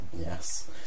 yes